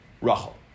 Rachel